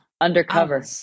Undercover